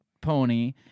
pony